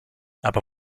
aber